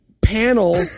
panel